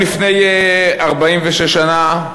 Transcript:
היום לפני 46 שנה,